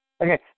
Okay